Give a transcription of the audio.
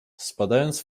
spadając